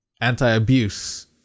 anti-abuse